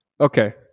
Okay